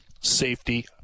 safety